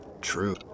true